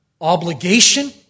Obligation